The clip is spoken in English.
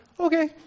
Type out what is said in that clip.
Okay